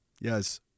Yes